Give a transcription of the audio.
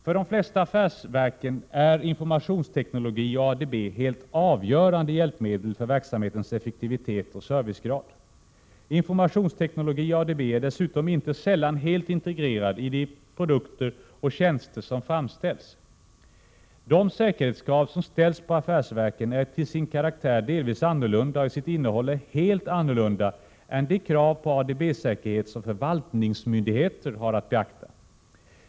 För de flesta affärsverken är informationsteknologi och ADB helt avgörande hjälpmedel för verksamhetens effektivitet och servicegrad. Informationsteknologi och ADB är dessutom inte sällan helt integrerade i de produkter och tjänster som framställs. De säkerhetskrav som ställs på affärsverken är till sin karaktär delvis annorlunda, och i sitt innehåll helt annorlunda, än de krav på ADB-säkerhet som förvaltningsmyndigheter har att beakta.